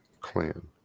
clan